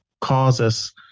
causes